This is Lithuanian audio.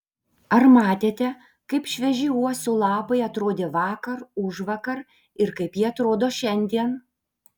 ar matėte kaip švieži uosių lapai atrodė vakar užvakar ir kaip jie atrodo šiandien